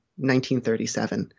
1937